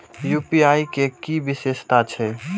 UPI के कि विषेशता छै?